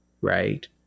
right